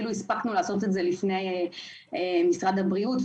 אפילו הספקנו לעשות את זה לפני משרד הבריאות,